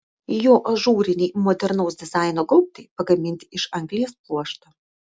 jo ažūriniai modernaus dizaino gaubtai pagaminti iš anglies pluošto